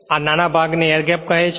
આ નાના ભાગ ને એર ગેપ કહે છે